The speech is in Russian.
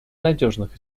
надежных